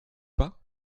pas